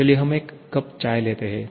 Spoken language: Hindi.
चलिए हम एक कप चाय लेते हैं